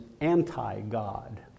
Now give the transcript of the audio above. anti-God